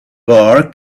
bar